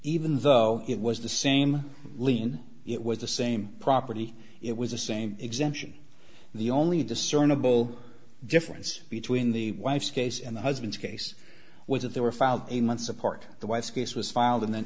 even though it was the same lien it was the same property it was the same exemption the only discernible difference between the wife's case and the husband's case was that there were found in months apart the wife's case was filed and then